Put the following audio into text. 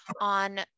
on